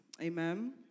Amen